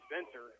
Spencer